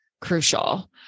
crucial